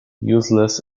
useless